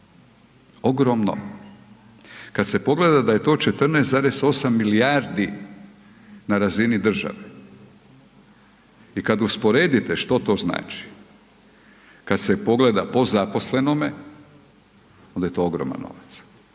ogromno. Kad se pogleda da je to 14,8 milijardi na razini države i kad usporedite što to znači, kad se pogleda po zaposlenome, onda je to ogroman novac